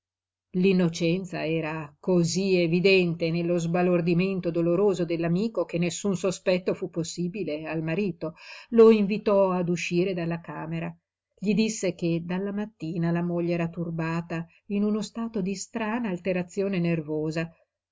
l'innocenza era cosí evidente nello sbalordimento doloroso dell'amico che nessun sospetto fu possibile al marito lo invitò ad uscire dalla camera gli disse che dalla mattina la moglie era turbata in uno stato di strana alterazione nervosa